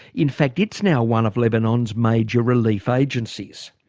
in fact it's now one of lebanon's major relief agencies.